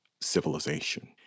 civilization